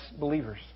believers